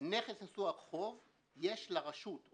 שנכס נשוא החוב יש לרשות,